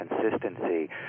consistency